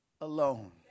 alone